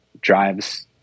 drives